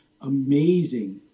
amazing